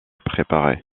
préparée